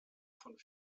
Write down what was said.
von